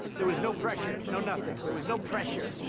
there was no pressure. no nothing. there was no pressure.